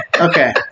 okay